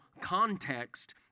context